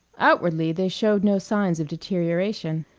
outwardly they showed no signs of deterioration.